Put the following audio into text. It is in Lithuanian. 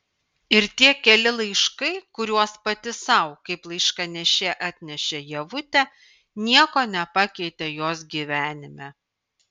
ir tie keli laiškai kuriuos pati sau kaip laiškanešė atnešė ievutė nieko nepakeitė jos gyvenime